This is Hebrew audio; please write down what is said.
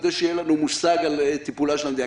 כדי שיהיה לנו מושג על טיפולה של המדינה.